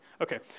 Okay